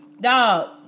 Dog